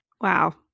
Wow